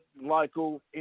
local